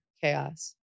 chaos